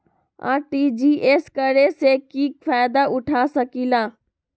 RTGS करे से की फायदा उठा सकीला?